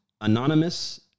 anonymous